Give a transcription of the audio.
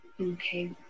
okay